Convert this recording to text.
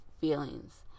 feelings